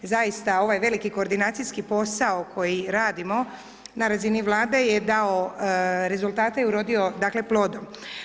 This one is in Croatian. Zaista, ovaj veliki koordinacijski posao koji radimo na razini Vlade je dao rezultate i urodio, dakle, plodom.